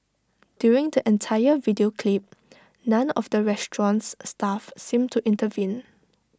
during the entire video clip none of the restaurant's staff seemed to intervene